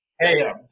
Hey